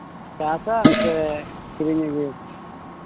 ᱪᱟᱥᱟ ᱥᱮ ᱠᱤᱨᱤᱧ ᱟᱹᱜᱩᱭᱟᱯᱮ